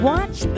Watch